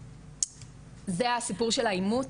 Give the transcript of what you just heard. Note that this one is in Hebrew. זה הסיפור של העימות,